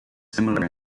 similar